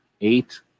eight